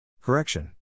Correction